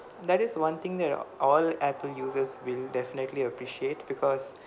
that is one thing that all apple users will definitely appreciate because